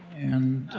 and